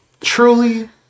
Truly